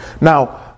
Now